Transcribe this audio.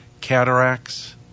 cataracts